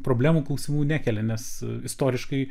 problemų klausimų nekelia nes istoriškai